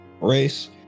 race